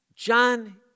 John